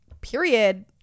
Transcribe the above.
Period